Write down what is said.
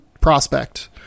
prospect